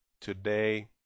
Today